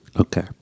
Okay